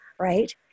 right